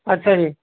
ਅੱਛਾ ਜੀ